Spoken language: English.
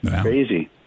crazy